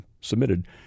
submitted